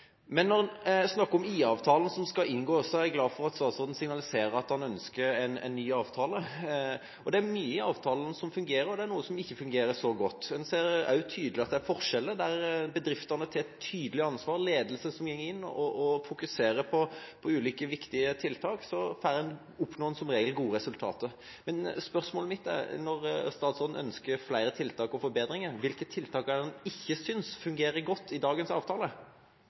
Når en snakker om IA-avtalen som skal inngås, er jeg glad for at statsråden signaliserer at han ønsker en ny avtale. Det er mye i avtalen som fungerer, og det er noe som ikke fungerer så godt. En ser også tydelig at det er forskjeller – der bedriftene tar et tydelig ansvar og ledelsen går inn og fokuserer på ulike viktige tiltak, oppnår en som regel gode resultater. Spørsmålet mitt er: Når statsråden ønsker flere tiltak og forbedringer, hvilke tiltak er det han ikke synes fungerer godt i dagens avtale?